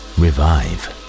revive